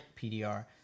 pdr